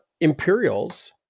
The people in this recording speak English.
Imperials